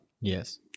Yes